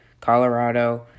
Colorado